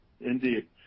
Indeed